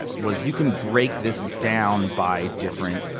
and was you can break this down by different,